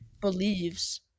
believes